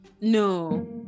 No